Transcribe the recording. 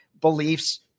beliefs